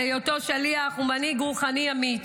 על היותו שליח ומנהיג רוחני אמיץ,